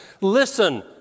Listen